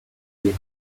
three